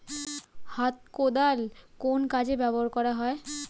হাত কোদাল কোন কাজে ব্যবহার করা হয়?